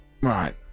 Right